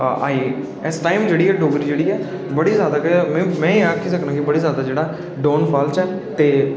इस टाइम च जेह्ड़ी डोगरी जेह्ड़ी ऐ बड़ी ज्यादा गै में आक्खी साकनां के बड़ी ज्यादा गै जेह्ड़ा डाउनफॅाल च है ते